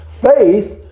faith